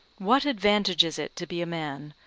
what advantage is it to be a man,